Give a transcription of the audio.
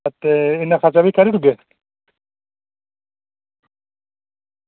ते इन्ना खर्चा भी करी ओड़गे